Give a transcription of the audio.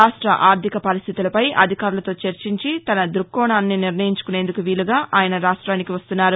రాష్ట ఆర్దిక పరిస్దితులపై అధికారులతో చర్చించి తన దృక్కోణాన్ని నిర్ణయించుకునేందుకు వీలుగా ఆయన రాష్టానికి వస్తున్నారు